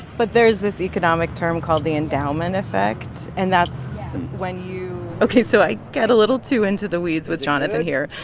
but there is this economic term called the endowment effect. and that's when you ok, so i get a little too into the weeds with jonathan here.